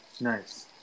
Nice